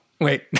Wait